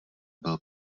byl